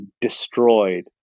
destroyed